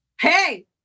Hey